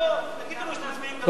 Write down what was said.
תגידו לי שאתם מצביעים נגד זה,